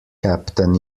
captain